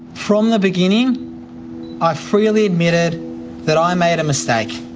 from the beginning i freely admitted that i made a mistake.